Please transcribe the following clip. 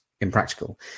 impractical